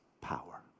power